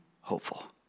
hopeful